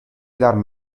darmi